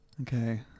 Okay